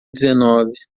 dezenove